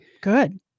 good